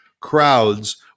crowds